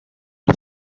des